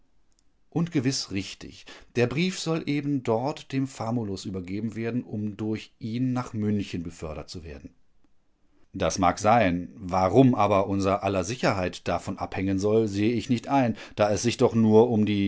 und gewiß richtig der brief soll eben dort dem famulus übergeben werden um durch ihn nach münchen befördert zu werden das mag sein warum aber unser aller sicherheit davon abhängen soll seh ich nicht ein da es sich doch nur um die